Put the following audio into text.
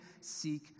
seek